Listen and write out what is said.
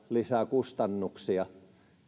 lisää kustannuksia